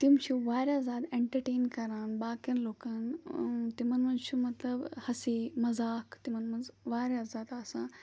تِم چھِ وارِیاہ زیادٕ اٮ۪نٹَرٹین کَران باقٕیَن لُکَن تِمَن منٛز چھُ مطلب ہَسی مَزاکھ تِمَن منٛز وارِیاہ زیادٕ آسان